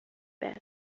best